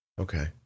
Okay